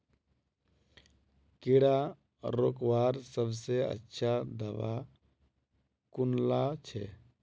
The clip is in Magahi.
कीड़ा रोकवार सबसे अच्छा दाबा कुनला छे?